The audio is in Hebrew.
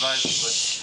בבקשה.